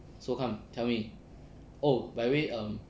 so come tell me oh by the way um